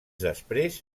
després